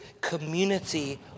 community